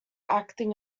acting